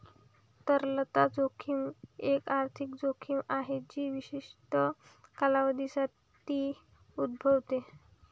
तरलता जोखीम एक आर्थिक जोखीम आहे जी विशिष्ट कालावधीसाठी उद्भवते